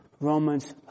Romans